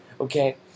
Okay